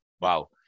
Wow